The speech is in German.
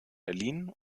berlin